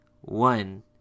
one